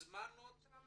הזמנו אותם